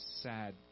sad